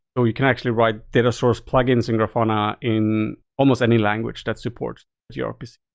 so you can actually write data source plugins in grafana in almost any language that supports grpc.